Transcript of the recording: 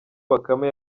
bakame